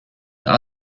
are